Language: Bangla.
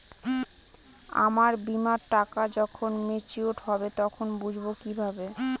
আমার বীমার টাকা যখন মেচিওড হবে তখন বুঝবো কিভাবে?